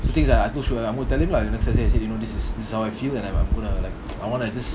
so the thing is that I told I'm gonna tell him next thursday I said you know this is this is how I feel and I I'm gonna like I wanna just